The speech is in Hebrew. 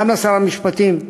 גם לשרת המשפטים.